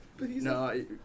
No